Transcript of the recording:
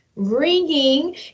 ringing